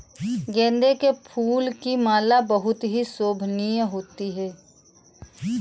गेंदे के फूल की माला बहुत ही शोभनीय होती है